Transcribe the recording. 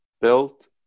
built